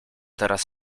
teraz